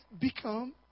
become